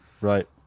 Right